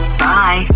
bye